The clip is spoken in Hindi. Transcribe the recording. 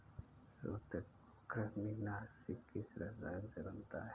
सूत्रकृमिनाशी किस रसायन से बनता है?